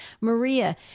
maria